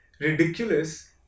ridiculous